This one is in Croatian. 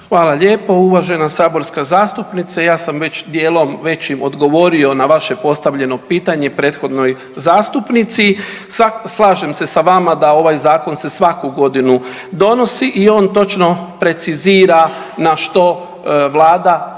Hvala lijepo. Uvažena saborska zastupnice ja sam već dijelom većim odgovorio na vaše postavljeno pitanje prethodnoj zastupnici. Slažem se sa vama da ovaj zakon se svaku godinu donosi i on točno precizira na što Vlada